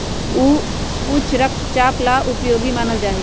ऊ उच्च रक्तचाप ला उपयोगी मानल जाहई